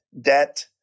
debt